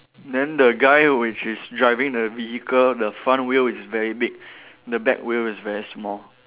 then the guy which is driving the vehicle the front wheel is very big the back wheel is very small